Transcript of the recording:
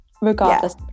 regardless